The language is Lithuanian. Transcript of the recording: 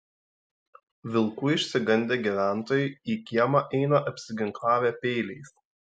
vilkų išsigandę gyventojai į kiemą eina apsiginklavę peiliais